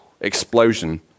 explosion